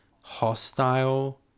hostile